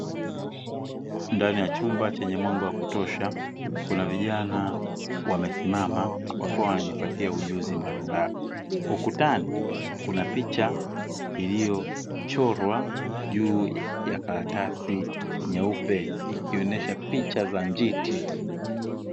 Ndani ya chumba chenye mwanga wa kutosha kuna vijana wamesimama wakiwa wanajipatia ujuzi mbalimbali, ukutani kuna picha iliyochorwa juu ya karatasi nyeupe ikionesha picha za njiti.